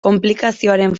konplikazioaren